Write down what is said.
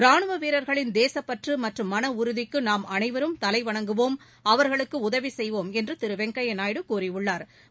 ராணுவ வீரர்களின் தேசப்பற்று மற்றும் மன உறுதிக்கு நாம் அனைவரும் தலைவணங்குவோம் அவா்களுக்கு உதவி செய்வோம் என்று திரு வெங்கையா நாயுடு கூறியுள்ளாா்